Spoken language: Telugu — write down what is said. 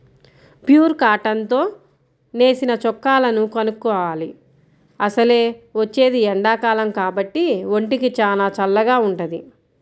ప్యూర్ కాటన్ తో నేసిన చొక్కాలను కొనుక్కోవాలి, అసలే వచ్చేది ఎండాకాలం కాబట్టి ఒంటికి చానా చల్లగా వుంటది